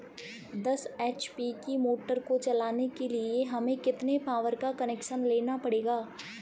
दस एच.पी की मोटर को चलाने के लिए हमें कितने पावर का कनेक्शन लेना पड़ेगा?